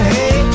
Hey